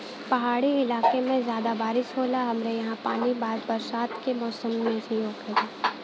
पहाड़ी इलाके में जादा बारिस होला हमरे ईहा पानी बस बरसात के मौसम में ही होखेला